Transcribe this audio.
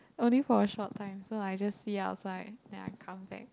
only for a short time so I just see outside then I come back